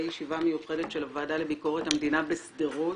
ישיבה מיוחדת של הוועדה לביקורת המדינה בשדרות.